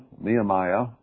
Nehemiah